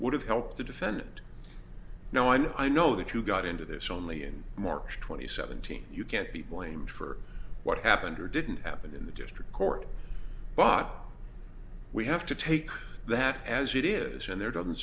would have helped the defendant no one i know that you got into this only in march twenty seventh team you can't be blamed for what happened or didn't happen in the district court bot we have to take that as it is and there doesn't